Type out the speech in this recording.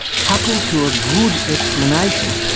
coupled to a good explanation,